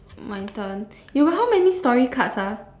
my turn you got how many story cards ah